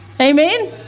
Amen